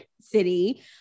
city